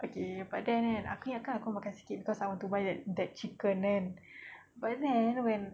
okay but then kan aku ingatkan aku makan sikit cause I want to buy that that chicken kan but then when